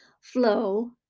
flow